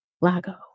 Lago